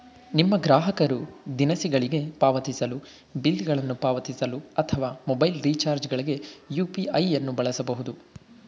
ನಿಮ್ಮ ಗ್ರಾಹಕರು ದಿನಸಿಗಳಿಗೆ ಪಾವತಿಸಲು, ಬಿಲ್ ಗಳನ್ನು ಪಾವತಿಸಲು ಅಥವಾ ಮೊಬೈಲ್ ರಿಚಾರ್ಜ್ ಗಳ್ಗೆ ಯು.ಪಿ.ಐ ನ್ನು ಬಳಸಬಹುದು